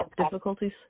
Difficulties